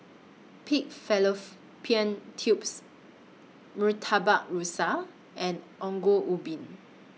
Pig Tubes Murtabak Rusa and Ongol Ubi